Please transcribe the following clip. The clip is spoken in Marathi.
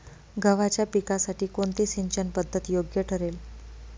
गव्हाच्या पिकासाठी कोणती सिंचन पद्धत योग्य ठरेल?